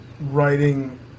writing